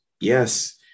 yes